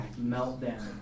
meltdown